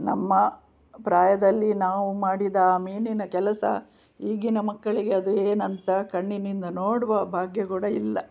ನಮ್ಮ ಪ್ರಾಯದಲ್ಲಿ ನಾವು ಮಾಡಿದ ಆ ಮೀನಿನ ಕೆಲಸ ಈಗಿನ ಮಕ್ಕಳಿಗೆ ಅದು ಏನಂತ ಕಣ್ಣಿನಿಂದ ನೋಡುವ ಭಾಗ್ಯಗೂಡ ಇಲ್ಲ